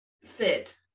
fit